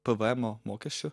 pv emo mokesčiu